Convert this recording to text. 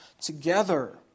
together